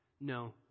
No